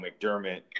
McDermott